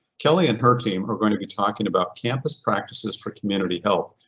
kelly and her team are going to be talking about campus practices for community health.